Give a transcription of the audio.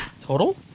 Total